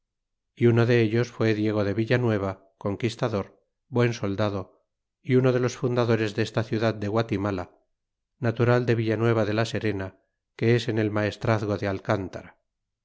y uno dellos fué diego de villanueva conquistador buen soldado y uno de los fundadores desta ciudad de guatirnala natural de villanueva de la serena que es en el maestrazgo de alcántara